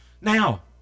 Now